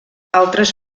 altres